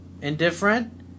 indifferent